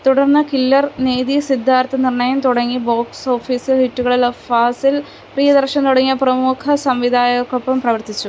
തുടർന്ന് കില്ലർ നേതി സിദ്ധാർത്ഥ് നിർണയം തുടങ്ങി ബോക്സ് ഓഫീസ് ഹിറ്റുകളിലാണ് ഫാസിൽ പ്രിയദർശൻ തുടങ്ങിയ പ്രമുഖ സംവിധായകർക്കൊപ്പം പ്രവർത്തിച്ചു